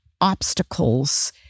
obstacles